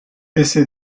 ese